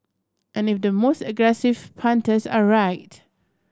and if the most aggressive punters are right